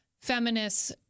feminists